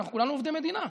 אנחנו כולנו עובדי מדינה,